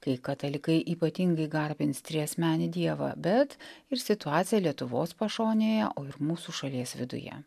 kai katalikai ypatingai garbins triasmenį dievą bet ir situacija lietuvos pašonėje o ir mūsų šalies viduje